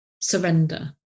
surrender